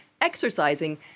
exercising